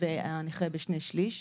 והנכה בשני שליש,